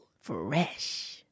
Fresh